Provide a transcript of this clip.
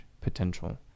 potential